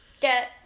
Get